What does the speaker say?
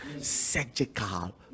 surgical